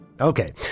Okay